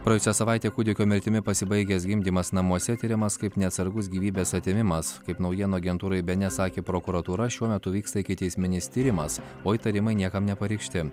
praėjusią savaitę kūdikio mirtimi pasibaigęs gimdymas namuose tiriamas kaip neatsargus gyvybės atėmimas kaip naujienų agentūrai bns sakė prokuratūra šiuo metu vyksta ikiteisminis tyrimas o įtarimai niekam nepareikšti